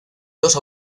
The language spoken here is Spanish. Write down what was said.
dos